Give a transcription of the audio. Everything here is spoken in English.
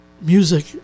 music